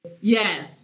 Yes